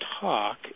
talk